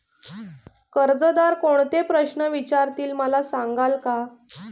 कर्जदार कोणते प्रश्न विचारतील, मला सांगाल का?